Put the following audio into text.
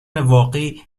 واقعی